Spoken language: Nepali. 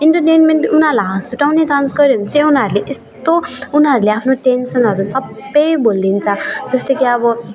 इन्टर्टेन्मेन्ट उनीहरूलाई हाँस उठाउने डान्स गऱ्यो भने चाहिँ उनीहरूले यस्तो उनीहरूले आफ्नो टेन्सनहरू सब भुलिन्छ जस्तो कि अब